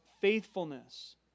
faithfulness